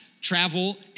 travel